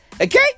Okay